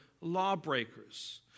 lawbreakers